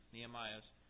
Nehemiah's